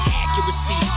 accuracy